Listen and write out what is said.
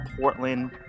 portland